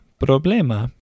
problema